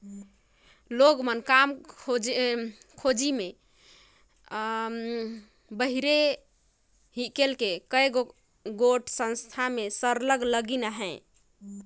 मइनसे मन काम कर खोझी में बाहिरे हिंकेल के कइयो गोट संस्था मन में सरलग लगिन अहें